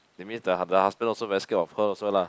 that means the the husband also very scared of her also lah